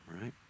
right